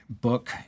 book